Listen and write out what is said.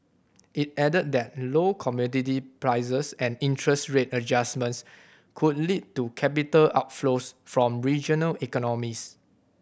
it added that low commodity prices and interest rate adjustments could lead to capital outflows from regional economies